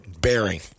bearing